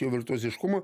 jo virtuoziškumo